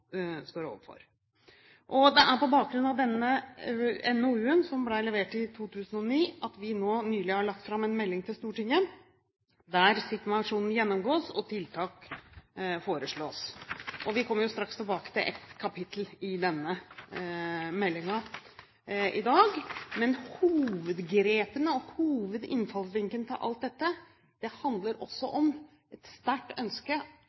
står overfor. Det er på bakgrunn av denne NOU-en, som ble levert i 2009, at vi nå nylig har lagt fram en melding for Stortinget, der situasjonen gjennomgås og tiltak foreslås. Vi kommer straks tilbake til et kapittel i denne meldingen i dag. Men hovedgrepene, og hovedinnfallsvinkelen til alt dette, handler om et sterkt ønske